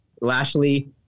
Lashley